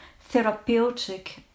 therapeutic